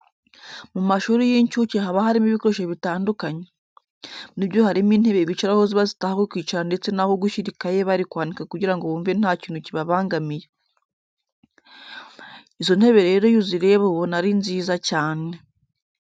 Mu mashuri y'incuke haba harimo ibikoresho bitandukanye. Muri byo harimo intebe bicaraho ziba zifite aho kwicara ndetse n'aho gushyira ikayi bari kwandika kugira ngo bumve nta kintu kibabangamiye. Izo ntebe rero iyo uzireba ubona ari nziza cyane.